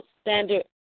Standard